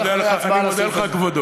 אני מודה לך, כבודו.